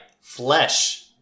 flesh